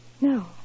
No